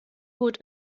gut